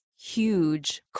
huge